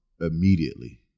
immediately